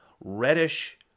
Reddish